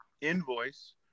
invoice